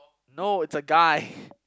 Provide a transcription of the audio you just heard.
no it's a guy